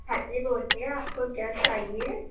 ہاں جی بولیے آپ کو کیا چاہیے